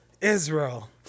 Israel